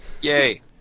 yay